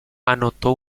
anotó